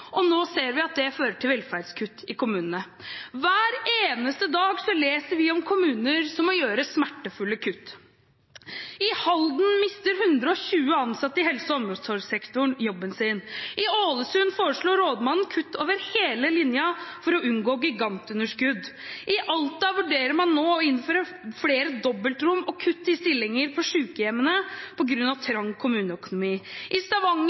og nå ser vi at det fører til velferdskutt i kommunene. Hver eneste dag leser vi om kommuner som må gjøre smertefulle kutt. I Halden mister 120 ansatte i helse- og omsorgssektoren jobben sin. I Ålesund foreslår rådmannen kutt over hele linjen for å unngå gigantunderskudd. I Alta vurderer man nå å innføre flere dobbeltrom og kutt i stillinger på sykehjemmene på grunn av trang kommuneøkonomi. I Stavanger